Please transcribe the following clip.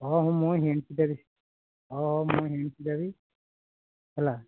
ହଁ ହଁ ମୁଁ ହିଣ୍ଟସ୍ ଦେବି ହେଉ ହେଉ ମୁଁ ହିଣ୍ଟସ୍ ଦେବି ହେଲା